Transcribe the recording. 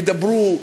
ידברו.